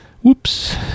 Whoops